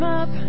up